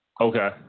Okay